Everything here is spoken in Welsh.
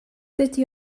dydy